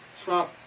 trump